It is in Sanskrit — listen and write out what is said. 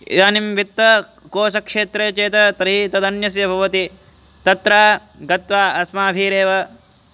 इदानीं वित्तकोशक्षेत्रे चेत् तर्हि तदन्यस्य भवति तत्र गत्वा अस्माभिरेव